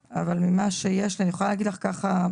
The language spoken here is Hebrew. מהנתונים שנמסרו לי,